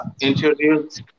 introduce